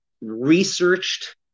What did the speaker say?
researched